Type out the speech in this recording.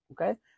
Okay